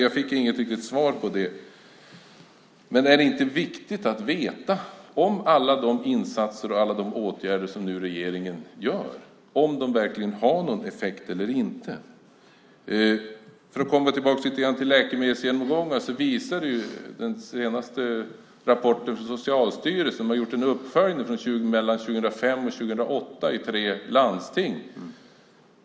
Jag fick inget riktigt svar på det. Är det inte viktigt att veta om alla de insatser som görs och åtgärder som regeringen nu vidtar har någon effekt eller inte? För att komma tillbaka lite till läkemedelsgenomgångar vill jag säga att man i den senaste rapporten från Socialstyrelsen har gjort en uppföljning mellan 2005 och 2008 i tre landsting.